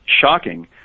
shocking